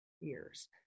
years